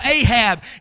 Ahab